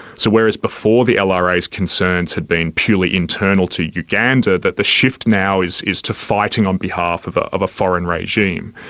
so whereas before the lra's concerns had been purely internal to uganda, that the shift now is is to fighting on behalf of ah of a foreign regime.